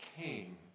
king